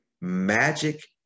magic